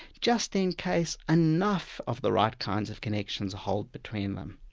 just in case enough of the right kinds of connections hold between them.